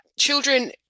children